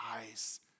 eyes